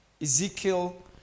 Ezekiel